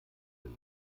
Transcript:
will